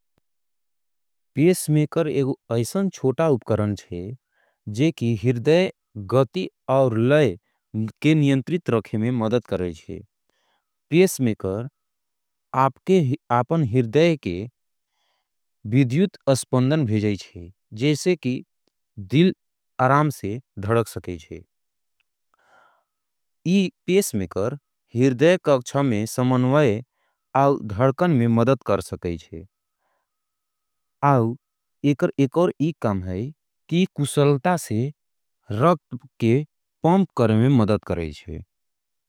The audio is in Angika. प्येस्मेकर एक ऐसान चोटा उपकरण झे, जेकि हिर्दय गती और लय के नियंत्रित रखे में मदद करेजे। प्येस्मेकर आपके आपन हिर्दय के विध्यूत अस्पंदन भेजेज़े, जेसे की दिल अराम से धड़क सकेजे। ये प्येस्मेकर हिर्दय का अक्षा में समन्वाए आउ धड़कन में मदद कर सकेजे। आउ एक एक और एक काम है कि ये कुसलता से रख के पॉंप करे में मदद करेजे।